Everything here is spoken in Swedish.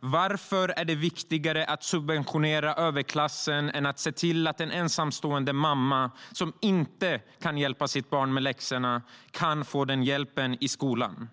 Varför är det viktigare att subventionera överklassen än att se till att barn med en ensamstående mamma som inte kan hjälpa sina barn med läxorna kan få den hjälpen i skolan?